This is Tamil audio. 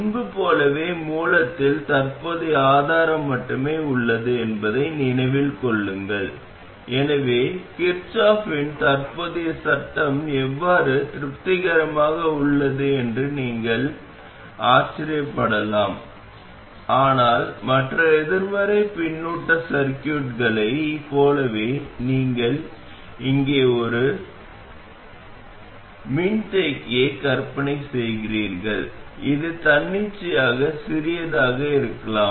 முன்பு போலவே மூலத்தில் தற்போதைய ஆதாரம் மட்டுமே உள்ளது என்பதை நினைவில் கொள்ளுங்கள் எனவே கிர்ச்சாஃப்பின் தற்போதைய சட்டம் எவ்வாறு திருப்திகரமாக உள்ளது என்று நீங்கள் ஆச்சரியப்படலாம் ஆனால் மற்ற எதிர்மறை பின்னூட்ட சர்கியூட்களை போலவே நீங்கள் இங்கே ஒரு ஒட்டுண்ணி மின்தேக்கியை கற்பனை செய்கிறீர்கள் இது தன்னிச்சையாக சிறியதாக இருக்கலாம்